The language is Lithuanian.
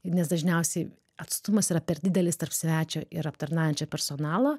nes dažniausiai atstumas yra per didelis tarp svečio ir aptarnaujančio personalo